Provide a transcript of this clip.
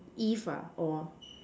if ah or